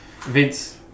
Vince